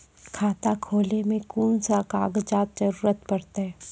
खाता खोलै मे कून सब कागजात जरूरत परतै?